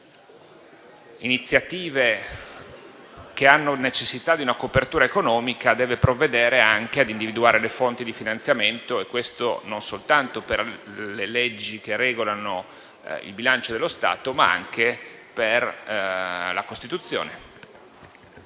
iniziative che hanno necessità di una copertura economica deve provvedere anche a individuare le fonti di finanziamento e questo non soltanto per le leggi che regolano il bilancio dello Stato, ma anche per la Costituzione.